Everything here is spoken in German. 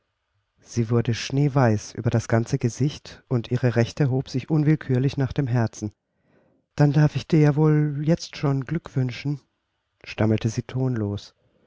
sie wurde schneeweiß über das ganze gesicht und ihre rechte hob sich unwillkürlich nach dem herzen dann darf ich dir ja wohl jetzt schon glück wünschen stammelte sie tonlos